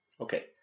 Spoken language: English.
okay